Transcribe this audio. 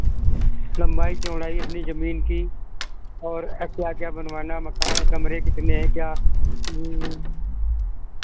लम्बाई चौड़ाई अपनी ज़मीन की और क्या क्या बनवाना है मकान कमरे कितने है क्या